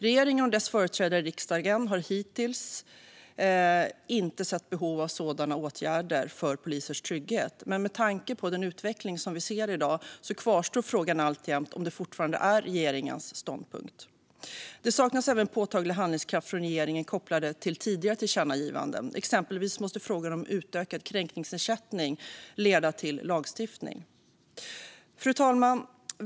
Regeringen och dess företrädare i riksdagen har hittills inte sett behov av sådana åtgärder för poliser trygghet, men med tanke på den utveckling som vi ser i dag undrar jag om detta fortfarande är regeringens ståndpunkt. Det saknas även påtaglig handlingskraft från regeringen när det gäller tidigare tillkännagivanden. Exempelvis måste frågan om utökad kränkningsersättning leda till lagstiftning. Fru talman!